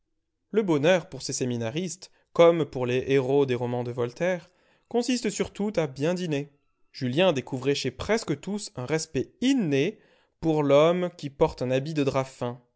le bonheur pour ces séminaristes comme pour les héros des romans de voltaire consiste surtout à bien dîner julien découvrait chez presque tous un respect inné pour l'homme qui porte un habit de drap